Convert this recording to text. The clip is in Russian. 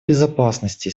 безопасности